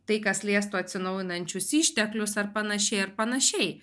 tai kas liestų atsinaujinančius išteklius ar panašiai ar panašiai